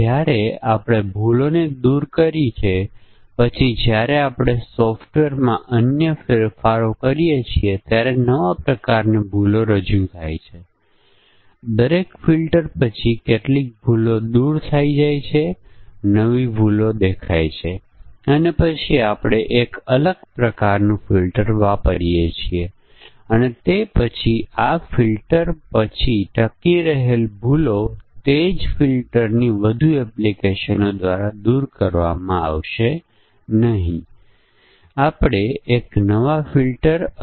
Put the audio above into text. ચાલો આપણે સંયુક્ત પરીક્ષણ સમસ્યા જોઈએ જ્યાં આપણે એ જાણવાનો પ્રયાસ કરી રહ્યાં છે કે ઘણા પરિમાણો છે કેટલાક પરિમાણો સીધા ઇનપુટ છે અને કેટલાક પરિમાણો સ્ટેટ ચલો અથવા એન્વાયરમેન્ટ ચલો છે અને તે પરિમાણોના વિશિષ્ટ સંયોજનો માટે આપણે પરીક્ષણ કરવું પડશે કારણ કે ત્યાં સમસ્યા હોઈ શકે છે